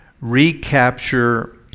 recapture